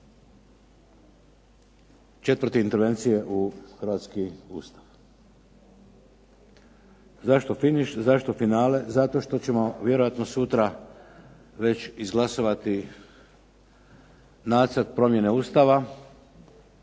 četvrte intervencije u hrvatski Ustav. Zašto finiš, zašto finale? Zato što ćemo vjerojatno sutra već izglasovati nacrt promjene Ustava,